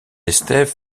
estève